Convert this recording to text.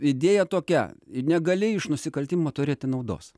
idėja tokia negali iš nusikaltimo turėti naudos